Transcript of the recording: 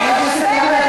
עמדותייך.